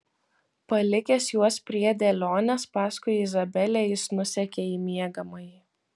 palikęs juos prie dėlionės paskui izabelę jis nusekė į miegamąjį